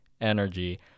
energy